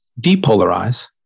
depolarize